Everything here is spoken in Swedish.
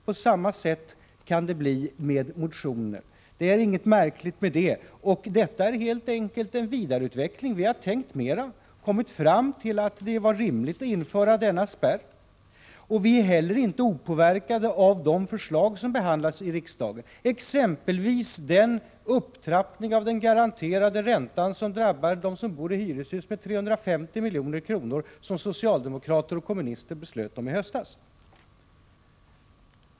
På samma sätt kan det gå med motioner — det är inget märkligt i detta. Det är här helt enkelt fråga om en vidareutveckling. Vi har tänkt mera och kommit fram till att det är rimligt att införa denna spärr. Vi är heller inte opåverkade av de förslag som behandlas i riksdagen, exempelvis upptrappningen av den garanterade räntan — vilken drabbar dem som bor i hyreshus med 350 milj.kr. — som socialdemokrater och kommunister drev igenom i höstas.